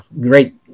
great